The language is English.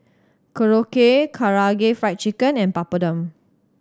Korokke Karaage Fried Chicken and Papadum